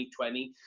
2020